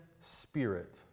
spirit